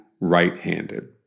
right-handed